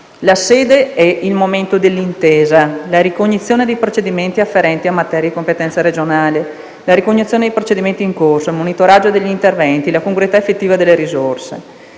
la sede e il momento dell'intesa; la ricognizione dei procedimenti afferenti a materie di competenza regionale; la ricognizione dei procedimenti in corso; il monitoraggio degli interventi e della congruità effettiva delle risorse.